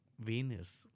Venus